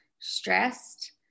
stressed